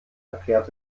erklärt